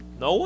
No